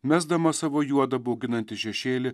mesdamas savo juodą bauginantį šešėlį